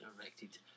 erected